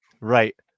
Right